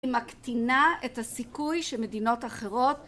מקטינה את הסיכוי שמדינות אחרות